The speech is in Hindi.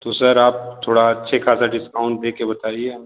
तो सर आप थोड़ा अच्छे खासा डिस्काउंट दे के बताइए